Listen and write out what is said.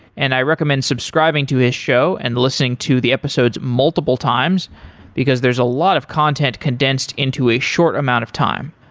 and i recommend subscribing to his show and listening to the episodes multiple times because there's a lot of content condensed into a short amount of time.